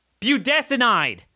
Budesonide